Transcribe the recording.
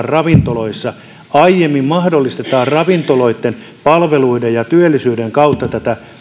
ravintoloissa eli mahdollistetaan ravintoloitten palveluiden ja työllisyyden kautta tapahtumaan tätä